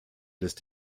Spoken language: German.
lässt